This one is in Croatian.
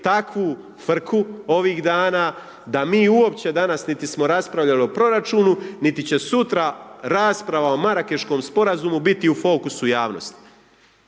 takvu frku ovih dana da mi uopće danas niti smo raspravljali o proračunu, niti će sutra rasprava o Marakeškom sporazumu biti u fokusu javnosti.